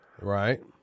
Right